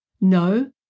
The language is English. No